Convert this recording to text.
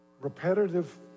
Repetitive